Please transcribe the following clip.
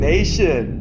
Nation